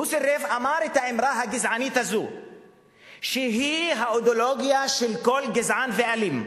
הוא אמר את האמרה הגזענית שהיא האידיאולוגיה של כל גזען ואלים.